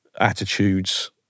attitudes